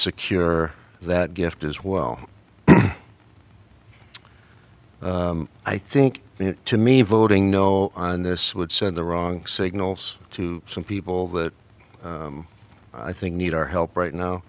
secure that gift as well i think to me voting no on this would send the wrong signals to some people that i think need our help right now